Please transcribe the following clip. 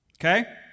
Okay